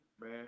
Man